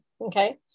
Okay